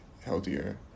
healthier